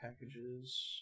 packages